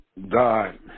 god